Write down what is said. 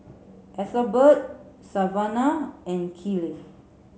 Ethelbert Savanah and Kiley